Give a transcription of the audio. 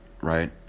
right